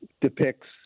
depicts